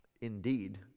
indeed